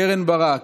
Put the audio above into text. קרן ברק,